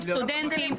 סטודנטים.